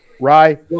Rye